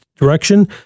direction